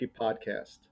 Podcast